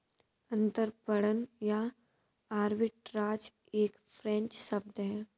अंतरपणन या आर्बिट्राज एक फ्रेंच शब्द है